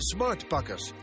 SmartPakkers